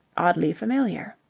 oddly familiar.